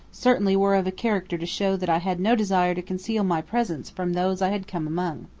certainly were of a character to show that i had no desire to conceal my presence from those i had come among.